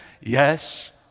yes